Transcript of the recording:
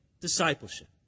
discipleship